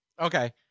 Okay